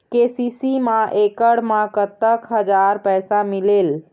KCC मा एकड़ मा कतक हजार पैसा मिलेल?